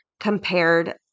compared